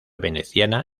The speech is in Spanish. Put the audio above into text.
veneciana